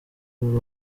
uru